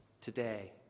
Today